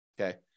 okay